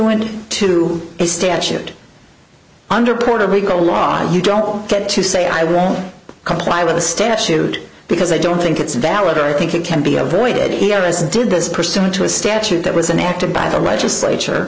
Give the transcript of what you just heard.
soon to a statute under puerto rico law you don't get to say i won't comply with the statute because i don't think it's valid or i think it can be avoided here as did this person into a statute that was enacted by the legislature